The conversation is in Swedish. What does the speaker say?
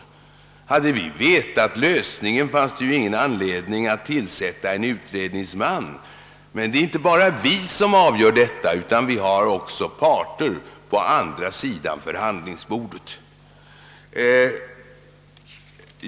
Hade vi känt till lösningen, skulle det inte ha funnits någon anledning att tillsätta en utredningsman. Det är dock inte bara vi som avgör dessa saker, utan vi har också att ta hänsyn till parter på andra sidan förhandlingsbordet.